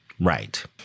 Right